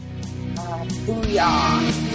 Booyah